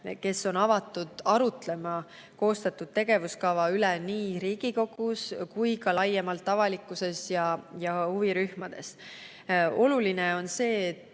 kes on avatud arutlema koostatud tegevuskava üle nii Riigikogus kui ka laiemalt avalikkuses ja huvirühmades. Oluline on see, et